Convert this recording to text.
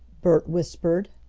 bert whispered.